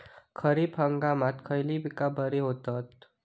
खरीप हंगामात खयली पीका बरी होतत?